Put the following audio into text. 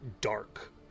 dark